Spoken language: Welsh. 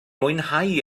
mwynhau